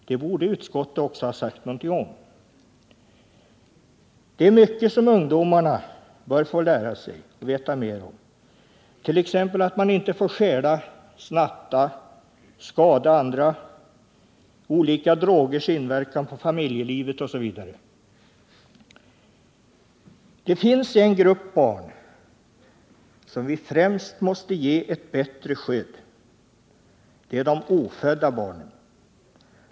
Det borde utskottet också ha sagt något om. Det är mycket annat som ungdomarna borde få lära sig och veta mer om, t.ex. att man inte får stjäla, snatta, skada andra, olika drogers inverkan på familjelivet osv. Det finns en grupp barn som vi främst måste ge ett bättre skydd. Det är de ofödda barnen.